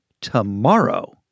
tomorrow